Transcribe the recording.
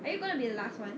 are you gonna be the last [one]